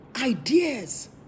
ideas